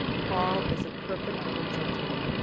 paul is a perfect little gentleman.